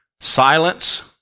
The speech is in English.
Silence